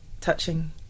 touching